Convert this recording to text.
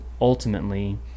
ultimately